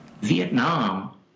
Vietnam